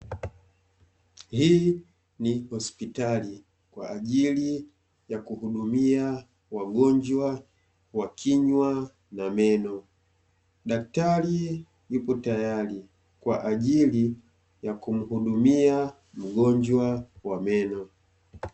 Hii ni hospitali kwa ajili ya kuhudumia wagonjwa wa kinywa na meno. Daktari yupo tayari kwa ajili ya kumuhudumia mgonjwa wa meno.